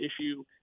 issue